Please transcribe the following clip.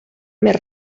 més